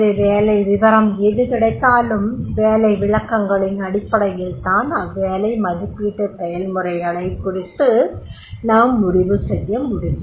எனவே வேலை விவரம் எது கிடைத்தாலும் வேலை விளக்கங்களின் அடிப்படையில் தான் அவ்வேலை மதிப்பீட்டு செயல்முறைகளைக் குறித்து நாம் முடிவு செய்யவேண்டும்